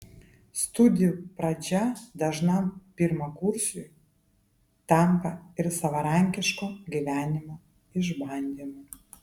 studijų pradžia dažnam pirmakursiui tampa ir savarankiško gyvenimo išbandymu